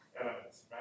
elements